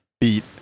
beat